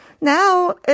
now